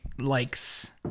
likes